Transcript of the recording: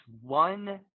one